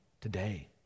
Today